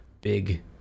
big